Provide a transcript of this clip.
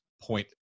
point